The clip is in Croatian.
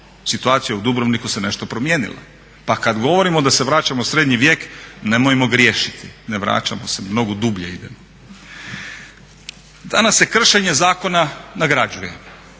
Situacija u Dubrovniku se nešto promijenila. Pa kada govorimo da se vraćamo u srednji grijeh, nemojmo griješiti, ne vraćamo se, mnogo dublje idemo. Danas se kršenje zakona nagrađuje.